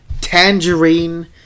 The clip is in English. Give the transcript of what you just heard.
Tangerine